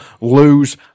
lose